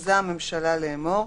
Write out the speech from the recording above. מכריזה הממשלה לאמור: